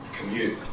commute